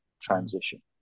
transition